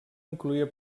incloïa